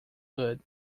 good